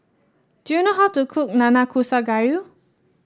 do you know how to cook Nanakusa Gayu